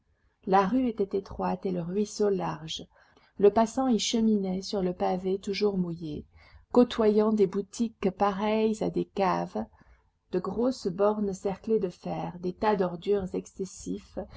la rue était étroite et le ruisseau large le passant y cheminait sur le pavé toujours mouillé côtoyant des boutiques pareilles à des caves de grosses bornes cerclées de fer des tas d'ordures excessifs